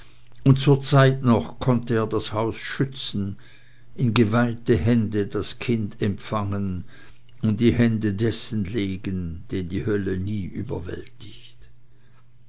und zur zeit noch konnte er das haus schützen in geweihte hände das kind empfangen und in die hände dessen legen den die hölle nie überwältigt